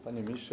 Panie Ministrze!